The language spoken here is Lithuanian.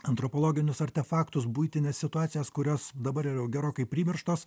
antropologinius artefaktus buitines situacijas kurios dabar jau yra gerokai primirštos